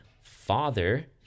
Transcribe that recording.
Father